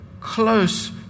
close